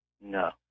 No